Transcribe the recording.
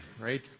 right